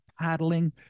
paddling